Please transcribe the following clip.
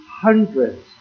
hundreds